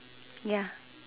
ya